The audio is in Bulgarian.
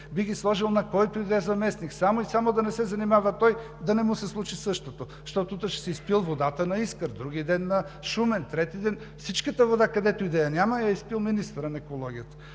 би ги сложил на който и да е заместник, само и само да не се занимава той, да не му се случи същото, защото утре ще си изпил водата на „Искър“, вдругиден на Шумен, трети ден… Всичката вода, където и да я няма, я е изпил министърът на екологията.